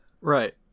Right